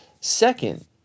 Second